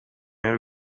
y’u